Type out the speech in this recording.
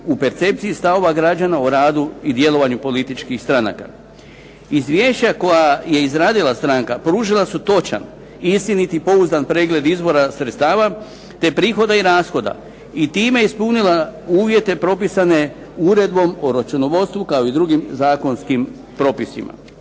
u percepciji stavova građana o radu i djelovanju političkih stranaka. Izvješća koja je izradila stranka pružila su točan i istinit i pouzdan pregled izbora sredstava, te prihoda i rashoda i time ispunila uvjete propisane uredbom o računovodstvu kao i drugim zakonskim propisima.